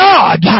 God